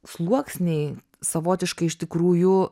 sluoksniai savotiškai iš tikrųjų